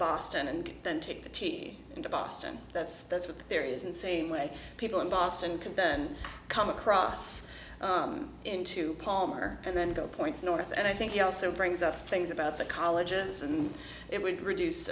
boston and then take the t into boston that's that's what there is and same way people in boston can then come across into palmer and then go points north and i think it also brings up things about the colleges and it would reduce